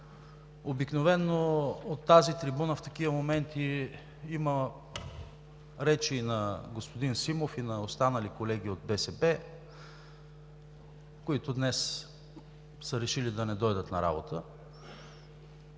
Обикновено от тази трибуна в такива моменти има речи на господин Симов и на други колеги от БСП, които днес са решили да не дойдат на работа,